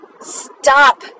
Stop